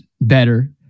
better